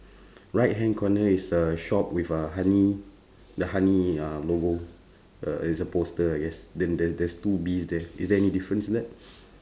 right hand corner is a shop with a honey the honey uh logo uh there's a poster I guess then there's there's two bees there is there any difference in that